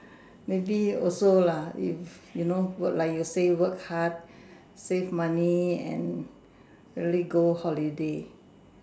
maybe also lah it's you know like you say work hard save money and really go holiday